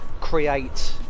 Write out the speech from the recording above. create